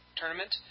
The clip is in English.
tournament